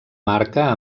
marca